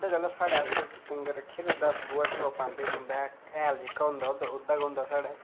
ओह्दे गल्लै साढ़े आस्तै डंगर रक्खे दे ओह्दा अस गोहा पांदे खुंबै हैल जेह्का होंदा ओह् ओह्दा गै होंदा साढ़ै